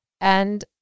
And-